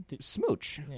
smooch